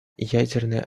ядерное